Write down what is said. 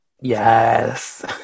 Yes